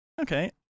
Okay